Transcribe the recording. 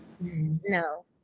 No